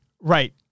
Right